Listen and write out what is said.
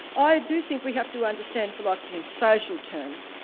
i do think we have to understand philosophy in social terms,